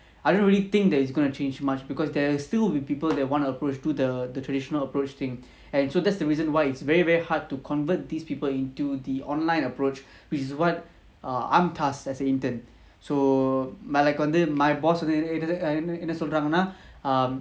I don't really think that it's going to change much because there will still be people that want to approach do the traditional approach thing and so that's the reason why it's very very hard to convert these people into the online approach which is what err I'm tasked as a intern so நாளைக்குவந்து:nalaiku vandhu my boss என்னசொல்றாங்கன்னா:enna solrangana um